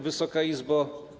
Wysoka Izbo!